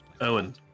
Owen